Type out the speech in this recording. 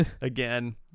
again